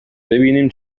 ببینیم